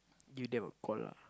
give them a call lah